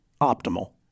optimal